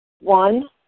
One